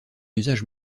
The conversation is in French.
usage